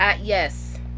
Yes